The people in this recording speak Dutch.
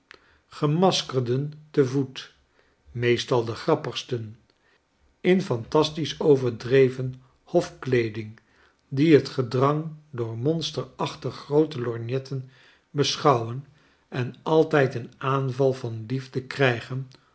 ze weerteverkoopen gemaskerdentevoet meestal de grappigsten in phantastisch overdreven hofkleedingen die het gedrang door monsterachtig groote lorgnetten beschouwen en altijd een aanval van liefde krygen